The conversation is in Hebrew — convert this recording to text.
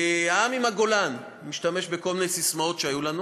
"העם עם הגולן" אני משתמש בכל מיני ססמאות שהיו לנו,